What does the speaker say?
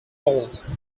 falls